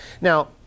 Now